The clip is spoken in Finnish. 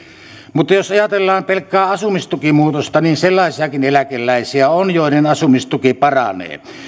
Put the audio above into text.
mutta jos ajatellaan pelkkää asumistukimuutosta niin sellaisiakin eläkeläisiä on joiden asumistuki paranee